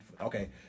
okay